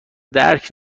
درک